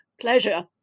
Pleasure